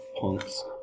punks